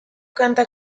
kanta